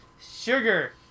Sugar